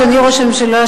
אדוני ראש הממשלה,